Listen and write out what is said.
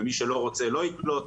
ומי שלא רוצה לא יקלוט,